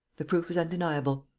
the proof is undeniable.